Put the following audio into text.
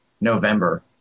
November